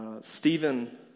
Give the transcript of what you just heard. Stephen